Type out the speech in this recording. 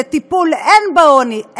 לטיפול הן בעוני,